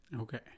Okay